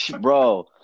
bro